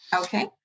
Okay